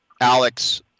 alex